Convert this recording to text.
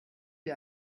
wie